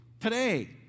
today